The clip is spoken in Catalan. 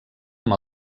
amb